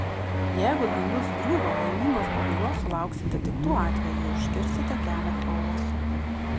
jeigu dangus griūva laimingos pabaigos sulauksite tik tuo atveju jei užkirsite kelią chaosui